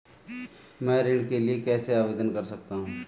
मैं ऋण के लिए कैसे आवेदन कर सकता हूं?